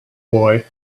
boy